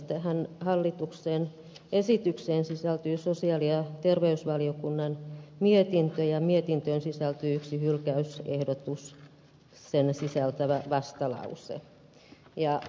tähän hallituksen esitykseen sisältyy sosiaali ja terveysvaliokunnan mietintö ja mietintöön sisältyy yksi hylkäysehdotuksen sisältävä vastalause ja perusteluita vastalauseelle